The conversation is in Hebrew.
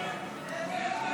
52